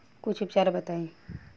कुछ उपचार बताई?